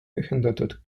ühendatud